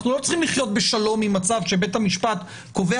אנחנו לא צריכים לחיות בשלום עם מצב שבית המשפט קובע